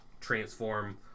transform